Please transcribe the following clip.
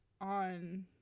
on